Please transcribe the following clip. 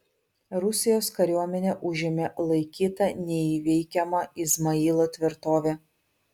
rusijos kariuomenė užėmė laikytą neįveikiama izmailo tvirtovę